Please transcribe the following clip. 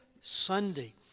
Sunday